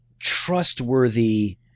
trustworthy